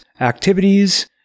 activities